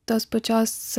tos pačios